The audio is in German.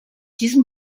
diesem